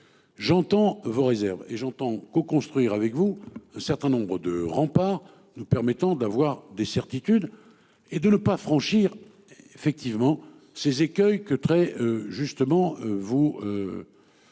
J'entends vos réserves et j'entends co-construire avec vous certains nombres de remparts nous permettant d'avoir des certitudes et de ne pas franchir. Effectivement ces écueils que très justement vous.